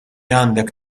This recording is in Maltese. għandek